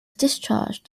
discharged